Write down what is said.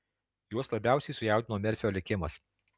juos labiausiai sujaudino merfio likimas